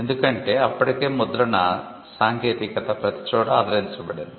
ఎందుకంటే అప్పటికే ముద్రణ సాంకేతికత ప్రతిచోటా ఆదరించబడింది